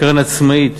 הקרן עצמאית